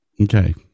Okay